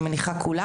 אני מניחה כולם,